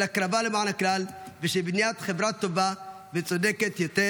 של הקרבה למען הכלל ושל בניית חברה טובה וצודקת יותר.